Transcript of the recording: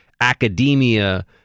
academia